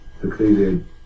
succeeded